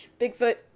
Bigfoot